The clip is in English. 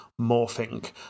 morphing